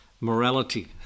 Morality